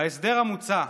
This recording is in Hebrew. ההסדר המוצע,